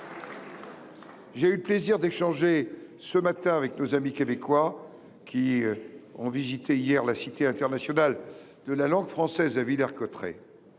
J’ai eu le plaisir d’échanger ce matin avec nos amis québécois, qui ont visité hier la Cité internationale de la langue française à Villers Cotterêts.